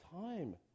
time